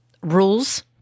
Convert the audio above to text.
rules